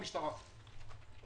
היא אומרת בדיוק מה היא רוצה.